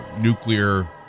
nuclear